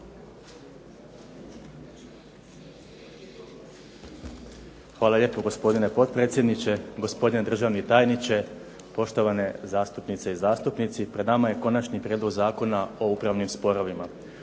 Hvala lijepo gospodine potpredsjedniče, gospodine državni tajniče. Poštovane zastupnice i zastupnici pred nama je konačni prijedlog Zakona o upravnim sporovima.